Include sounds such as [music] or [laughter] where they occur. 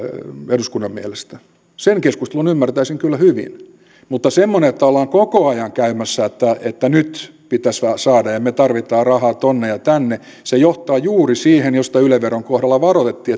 eduskunnan mielestä sen keskustelun ymmärtäisin kyllä hyvin mutta semmoinen että ollaan koko ajan että nyt pitäisi saada ja me tarvitsemme rahaa tuonne ja ja tänne johtaa juuri siihen josta yle veron kohdalla varoitettiin [unintelligible]